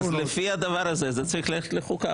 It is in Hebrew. אז לפי הדבר הזה זה צריך ללכת לחוקה.